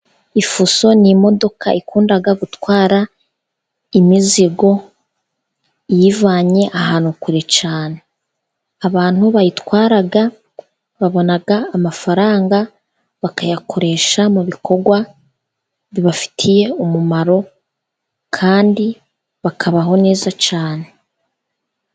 Ifuso ni imodoka ikunda gutwara imizigo iyivanye ahantu kure cyane, abantu bayitwara babona amafaranga, bakayakoresha mu bikorwa bibafitiye umumaro kandi bakabaho neza cyane.